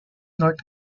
north